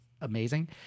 amazing